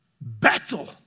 battle